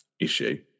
issue